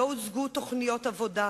לא הוצגו תוכניות עבודה,